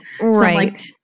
Right